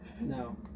No